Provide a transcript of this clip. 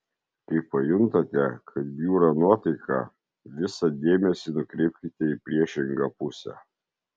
kai pajuntate kad bjūra nuotaika visą dėmesį nukreipkite į priešingą pusę